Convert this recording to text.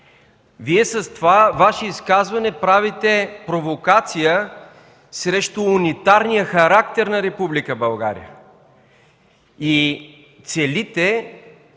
С това Ваше изказване Вие правите провокация срещу унитарния характер на Република България и целите